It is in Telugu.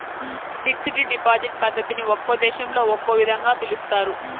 ఫిక్స్డ్ డిపాజిట్ పద్ధతిని ఒక్కో దేశంలో ఒక్కో విధంగా పిలుస్తారు